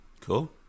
Cool